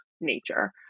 nature